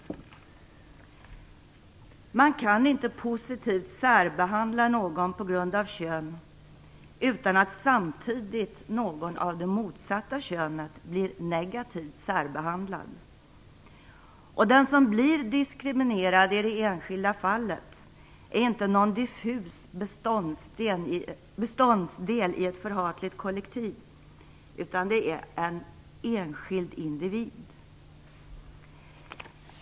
Man kan inte positivt särbehandla någon på grund av kön utan att samtidigt någon av det motsatta könet blir negativt särbehandlad. Och den som blir diskriminerad i det enskilda fallet är inte någon diffus beståndsdel i ett förhatligt kollektiv utan det är en enskild individ.